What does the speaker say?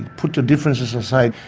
put your differences aside.